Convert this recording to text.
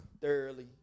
Thoroughly